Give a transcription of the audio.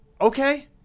Okay